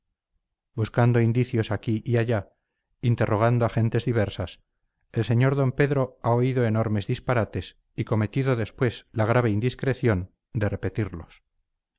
buscando indicios aquí y allá interrogando a gentes diversas el sr d pedro ha oído enormes disparates y cometido después la grave indiscreción de repetirlos